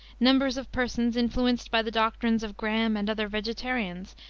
numbers of persons, influenced by the doctrines of graham and other vegetarians,